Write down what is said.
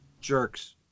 Jerks